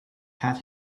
pat